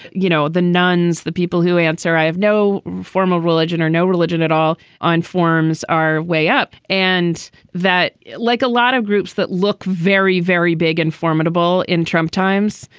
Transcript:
you know, the nuns, the people who answer, i have no formal religion or no religion at all on forms are way up. and that like a lot of groups that look very, very big and formidable in trump times,